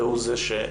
והוא זה שיקבע.